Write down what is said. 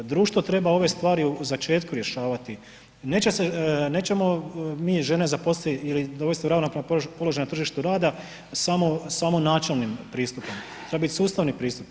Društvo treba ove stvari u začetku rješavati, neće se, nećemo mi žene zaposlit ili dovesti u ravnopravan položaj na tržištu rada samo, samo načelnim pristupom, treba bit sustavni pristup.